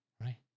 Right